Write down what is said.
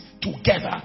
together